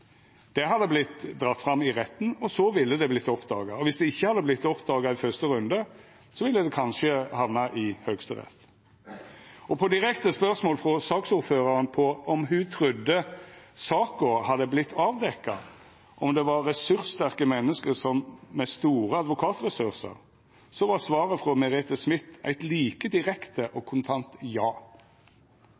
Det hadde vorte teke fram i retten, og så ville det ha vorte oppdaga. Og viss det ikkje hadde vorte oppdaga i første runde, ville det kanskje ha hamna i Høgsterett. Og på direkte spørsmål frå saksordføraren om ho trudde saka hadde vorte avdekt om dette hadde vore ressurssterke menneske med store advokatressursar, var svaret frå Merete Smith eit like direkte og kontant ja.